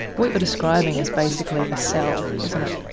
what you're describing is basically a cell, isn't it?